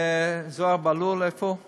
זוהיר בהלול, איפה הוא?